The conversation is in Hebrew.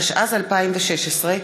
התשע"ז 2016,